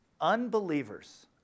unbelievers